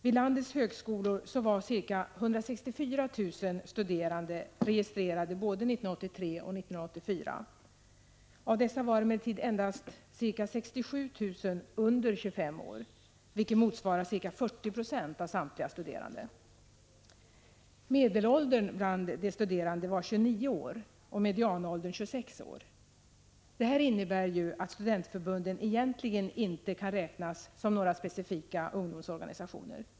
Vid landets högskolor var ca 164 000 studerande registrerade både 1983 och 1984. Av dessa var emellertid endast ca 67 000 under 25 år, vilket motsvarar ca 40 9 av samtliga studerande. Medelåldern bland de studerande var 29 år och medianåldern 26 år. Det här innebär ju att studentförbunden egentligen inte kan räknas som några specifika ungdomsorganisationer.